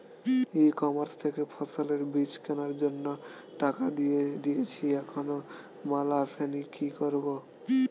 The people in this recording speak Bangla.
ই কমার্স থেকে ফসলের বীজ কেনার জন্য টাকা দিয়ে দিয়েছি এখনো মাল আসেনি কি করব?